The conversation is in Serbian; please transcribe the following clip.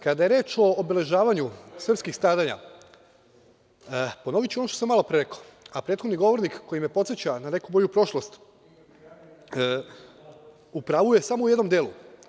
Kada je reč o obeležavanju srpskih stradanja, ponoviću ono što sam malopre rekao, a prethodni govornik koji me podseća na neku moju prošlost u pravu je samo u jednom delu.